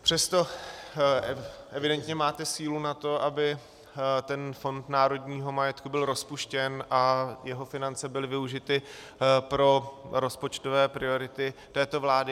Přesto evidentně máte sílu na to, aby Fond národního majetku byl rozpuštěn a jeho finance byly využity pro rozpočtové priority této vlády.